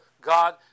God